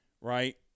right